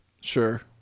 Sure